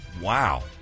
Wow